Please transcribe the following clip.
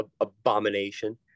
abomination